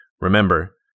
Remember